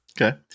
okay